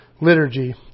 liturgy